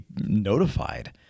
notified